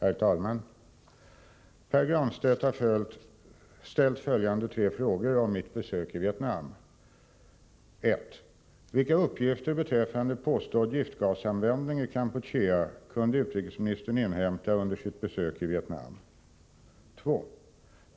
Herr talman! Pär Granstedt har ställt följande tre frågor om mitt besök i Vietnam: 1. Vilka uppgifter beträffande påstådd giftgasanvändning i Kampuchea kunde utrikesministern inhämta under sitt besök i Vietnam? 2.